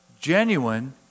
genuine